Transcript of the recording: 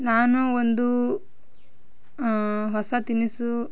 ನಾನು ಒಂದೂ ಹೊಸ ತಿನಿಸು